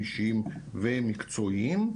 אישיים ומקצועיים.